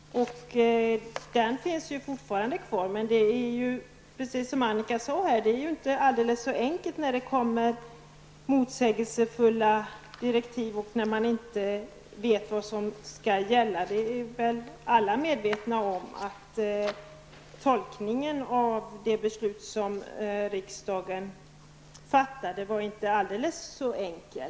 Den finns fortfarande kvar, men, som Annika sade, är det inte så enkelt när det kommer motsägelsefulla direktiv och man inte vet vad som skall gälla. Alla är väl medvetna om att tolkningen av det beslut som riksdagen fattade inte var så alldeles enkel.